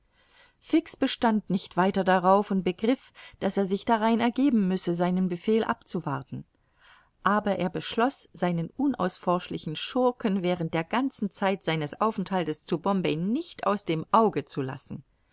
fix bestand nicht weiter darauf und begriff daß er sich darein ergeben müsse seinen befehl abzuwarten aber er beschloß seinen unausforschlichen schurken während der ganzen zeit seines aufenthaltes zu bombay nicht aus dem auge zu lassen